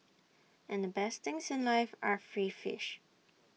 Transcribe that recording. and the best things life are free fish